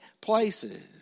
places